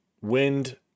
wind